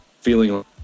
feeling